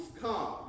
come